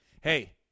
hey